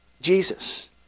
Jesus